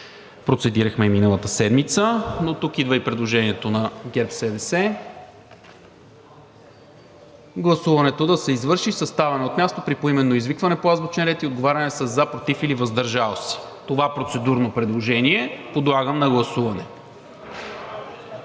процедирахме миналата седмица. Тук идва и предложението на ГЕРБ-СДС гласуването да се извърши със ставане от място при поименно извикване по азбучен ред и отговаряне със „за“, „против“ или „въздържал се“. Това процедурно предложение подлагам на гласуване.